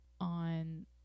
on